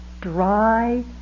dry